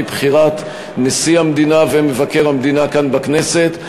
בחירת נשיא המדינה ומבקר המדינה כאן בכנסת.